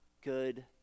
good